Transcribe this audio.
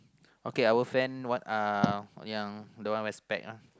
okay our friend what uh ya the one wear spec ah